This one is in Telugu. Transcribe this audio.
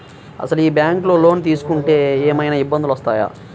అసలు ఈ బ్యాంక్లో లోన్ తీసుకుంటే ఏమయినా ఇబ్బందులు వస్తాయా?